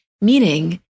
meaning